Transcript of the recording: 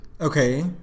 Okay